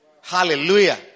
Hallelujah